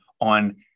on